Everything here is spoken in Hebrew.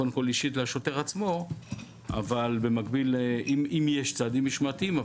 קודם כול אישית לשוטר עצמו אם יש צעדים משמעתיים,